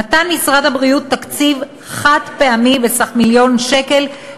נתן משרד הבריאות תקציב חד-פעמי בסך מיליון שקלים,